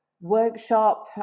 workshop